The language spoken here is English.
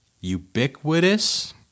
Ubiquitous